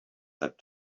that